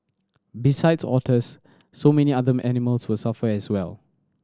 besides otters so many other animals were suffer as well